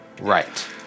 right